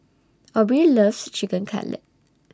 Aubree loves Chicken Cutlet